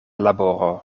laboro